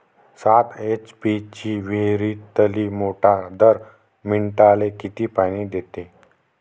सात एच.पी ची विहिरीतली मोटार दर मिनटाले किती पानी देते?